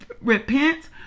repent